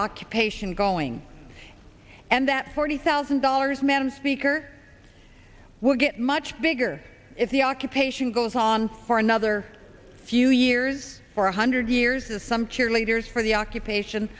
occupation going and that forty thousand dollars madam speaker will get much bigger if the occupation goes on for another few years for a hundred years as some cheerleaders for the occupation